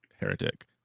heretic